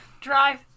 Drive